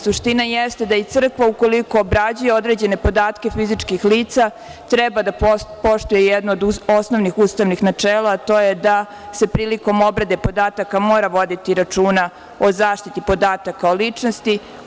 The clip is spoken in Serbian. Suština jeste da i Crkva ukoliko obrađuje određene podatke fizičkih lica treba da poštuje jedno od osnovnih ustavnih načela, a to je da se prilikom obrade podataka mora voditi računa o zaštiti podataka o ličnosti.